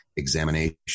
Examination